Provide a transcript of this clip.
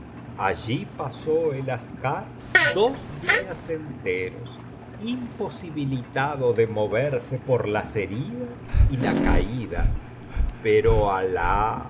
allí pasó el aschar dos días enteros imposibilitado de moverse por las heridas y la caída pero alah